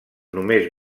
només